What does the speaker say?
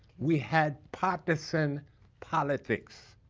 we have pap a san politics